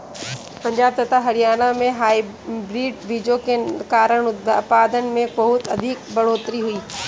पंजाब तथा हरियाणा में हाइब्रिड बीजों के कारण उत्पादन में बहुत अधिक बढ़ोतरी हुई